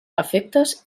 efectes